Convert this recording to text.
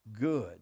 good